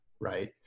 right